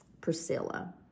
Priscilla